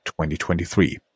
2023